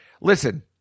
Listen